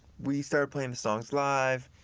we started playing the songs live,